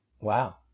Wow